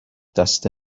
دسته